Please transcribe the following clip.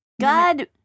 God